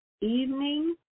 evening